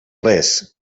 res